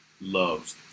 loves